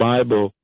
Bible